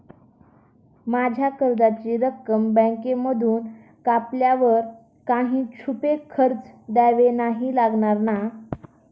माझ्या कर्जाची रक्कम बँकेमधून कापल्यावर काही छुपे खर्च द्यावे नाही लागणार ना?